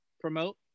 promote